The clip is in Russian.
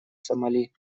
сомали